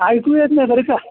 ऐकू येत नाही बरं का